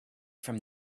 from